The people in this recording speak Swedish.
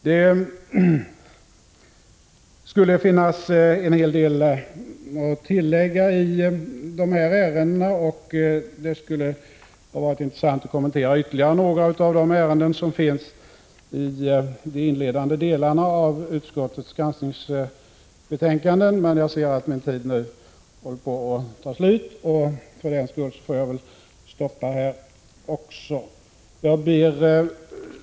Det skulle finnas en hel del att tillägga i dessa ärenden, och det skulle ha varit intressant att kommentera ytterligare några av de ärenden som tagits uppide inledande delarna av utskottets granskningsbetänkande, men jag ser att min taletid nu håller på att ta slut, och för den skull skall jag stanna här.